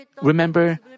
remember